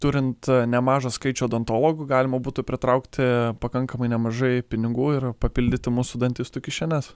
turint nemažą skaičių odontologų galima būtų pritraukti pakankamai nemažai pinigų ir papildyti mūsų dantistų kišenes